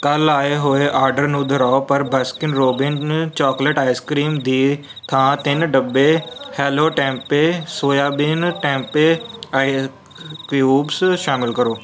ਕੱਲ੍ਹ ਆਏ ਹੋਏ ਆਰਡਰ ਨੂੰ ਦੁਹਰਾਓ ਪਰ Baskin Robbins chocolate ice cream ਦੀ ਥਾਂ ਤਿੰਨ ਡੱਬੇ ਹੈਲੋ ਟੈਂਪੇ ਸੋਇਆਬੀਨ ਟੈਂਪੇ ਆਏ ਕਯੂਬਸ ਸ਼ਾਮਲ ਕਰੋ